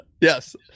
Yes